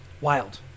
wild